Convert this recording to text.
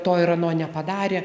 to ir ano nepadarė